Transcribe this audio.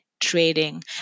Trading